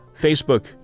Facebook